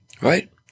Right